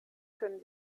können